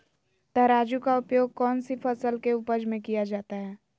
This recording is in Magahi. तराजू का उपयोग कौन सी फसल के उपज में किया जाता है?